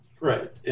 Right